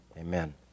Amen